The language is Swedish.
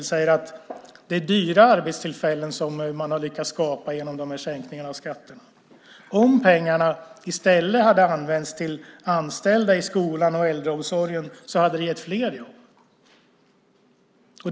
LO säger att det är dyra arbetstillfällen som har skapats med hjälp av sänkningarna av skatterna. Om pengarna i stället hade använts till att anställa i skolan och äldreomsorgen hade det gett fler jobb.